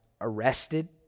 arrested